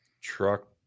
Truck